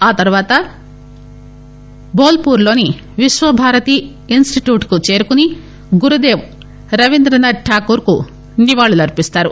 ఆతర్వాత బోల్పూర్లోని విశ్వభారతి ఇన్స్టిట్యూట్కుచేరుకుని గురుదేప్ రవీంద్రనాథ్ రాగూర్కు నివాళులర్పిస్తారు